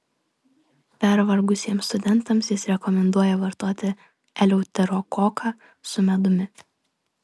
pervargusiems studentams jis rekomenduoja vartoti eleuterokoką su medumi